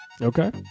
Okay